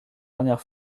dernière